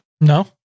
No